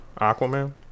Aquaman